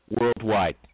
worldwide